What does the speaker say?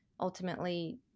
ultimately